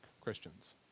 Christians